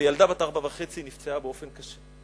וילדה בת ארבע וחצי נפצעה באופן קשה.